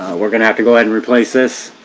we're gonna have to go ahead and replace this